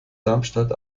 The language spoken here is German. darmstadt